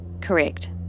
Correct